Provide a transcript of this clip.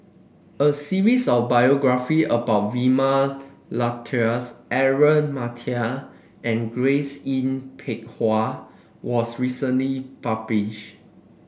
a series of biography about Vilma Laus Aaron Maniam and Grace Yin Peck Ha was recently published